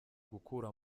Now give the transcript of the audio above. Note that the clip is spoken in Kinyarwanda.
gukura